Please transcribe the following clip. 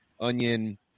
onion